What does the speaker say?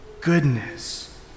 goodness